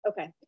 Okay